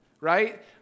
right